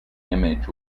image